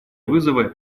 вызовы